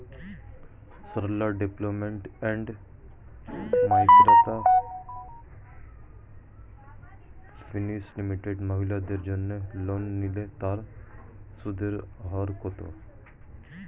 Sarala development and micro finance limited মহিলাদের জন্য loan নিলে তার সুদের হার কত?